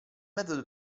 metodo